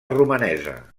romanesa